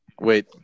wait